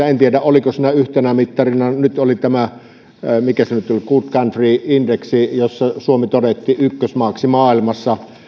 en tiedä oliko tämä yhtenä mittarina kun nyt oli tämä good country indeksi jossa suomi todettiin ykkösmaaksi maailmassa